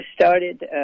started